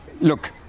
Look